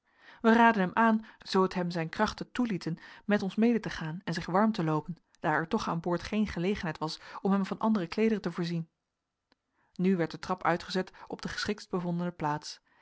wij raadden hem zoo het hem zijn krachten toelieten met ons mede te gaan en zich warm te loopen daar er toch aan boord geen gelegenheid was om hem van andere kleederen te voorzien nu werd de trap uitgezet op de geschikst bevondene plaats